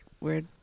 weird